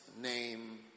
name